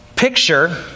picture